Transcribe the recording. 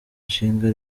nshinga